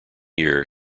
year